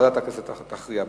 ועדת הכנסת תכריע בזה.